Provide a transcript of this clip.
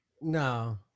No